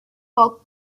called